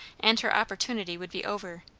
and her opportunity would be over.